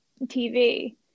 TV